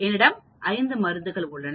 என்னிடம் 5 மருந்துகள் உள்ளன